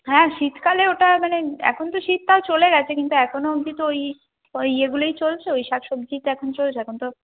হ্যাঁ শীতকালে ওটা মানে এখন তো শীতকাল চলে গেছে কিন্তু এখনো অবধি তো ওই ওই ইয়েগুলোই চলছে ওই শাক সবজি তো এখন চলছে এখন তো